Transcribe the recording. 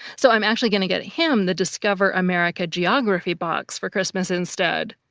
so i'm actually going to get him the discover america geography box for christmas instead.